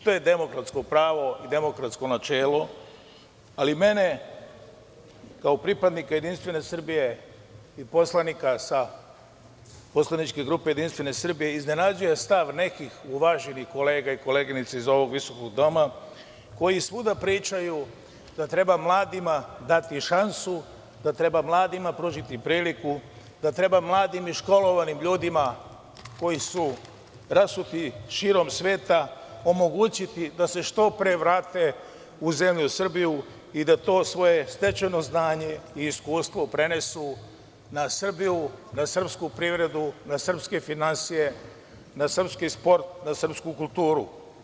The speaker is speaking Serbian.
To je demokratsko pravo i demokratsko načelo ali mene kao pripadnika JS i poslanika iz poslaničke grupe JS iznenađuje stav nekih uvaženih kolega i koleginica iz ovog visokog doma koji svuda pričaju da treba mladima dati šansu, da treba mladima pružiti priliku, da treba mladim i školovanim ljudima koji su rasuti širom sveta omogućiti da se što pre vrate u zemlju Srbiju i da to svoje stečeno znanje i iskustvo prenesu na Srbiju, na srpsku privredu, na srpske finansije, na srpski sport, na srpsku kulturu.